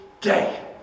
day